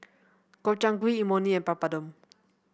Gobchang Gui Imoni and Papadum